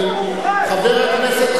חבר הכנסת חנין,